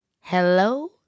Hello